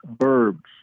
verbs